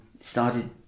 started